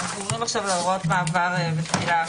אנחנו עוברים עכשיו הוראות מעבר ותחילה